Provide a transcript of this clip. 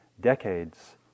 decades